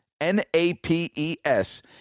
N-A-P-E-S